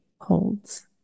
holds